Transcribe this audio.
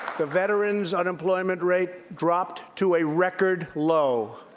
the veterans unemployment rate dropped to a record low.